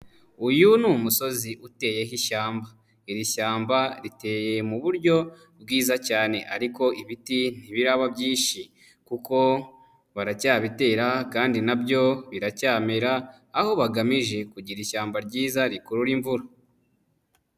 Uyu ni umusozi uteyeho ishyamba, iri shyamba riteye mu buryo bwiza cyane ariko ibiti ntibiraba byinshi kuko baracyabitera kandi na byo biracyamera, aho bagamije kugira ishyamba ryiza rikurura imvura.